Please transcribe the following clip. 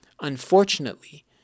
Unfortunately